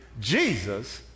Jesus